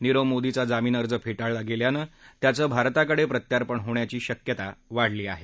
नीरव मोदीचा जामीन अर्ज फे ळला गेल्यानं त्याचं भारताकडे प्रत्यार्पण होण्याची शक्यता वाढली आहे